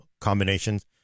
combinations